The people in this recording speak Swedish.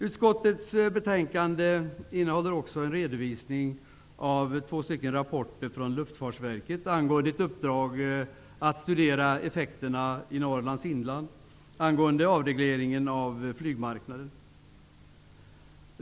Utskottets betänkande innehåller också en redovisning av två rapporter från Luftfartsverket angående ett uppdrag att studera effekterna av avregleringen av flygmarknaden i Norrlands inland.